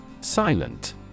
Silent